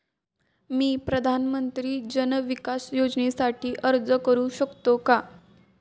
मी प्रधानमंत्री जन विकास योजनेसाठी अर्ज करू शकतो का?